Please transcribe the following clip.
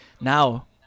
now